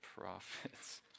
prophets